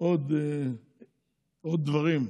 עוד דברים,